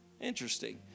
Interesting